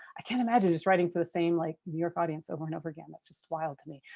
i can't imagine just writing for the same like new york audience over and over again. that's just wild to me.